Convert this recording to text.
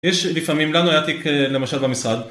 יש לפעמים, לנו היה תיק למשל במשרד